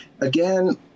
again